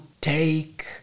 take